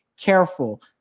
careful